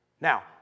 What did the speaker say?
Now